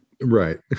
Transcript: Right